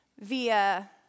via